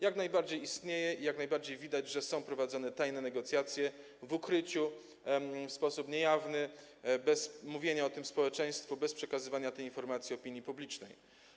Jak najbardziej istnieje i jak najbardziej widać, że są prowadzone tajne negocjacje, w ukryciu, w sposób niejawny, bez mówienia o tym społeczeństwu, bez przekazywania tej informacji opinii publicznej.